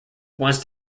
once